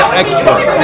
expert